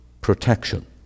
protection